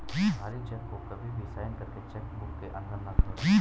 खाली चेक को कभी भी साइन करके चेक बुक के अंदर न छोड़े